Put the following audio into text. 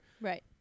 Right